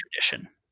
tradition